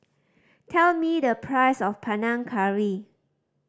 tell me the price of Panang Curry